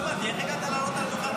לא הבנתי איך הגעת לעלות על הדוכן,